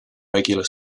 regular